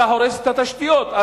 אתה הורס את התשתיות,